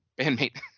bandmate